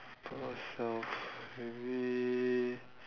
pause lah maybe